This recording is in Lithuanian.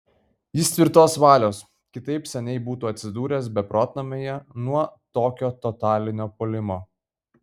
jis tvirtos valios kitaip seniai būtų atsidūręs beprotnamyje nuo tokio totalinio puolimo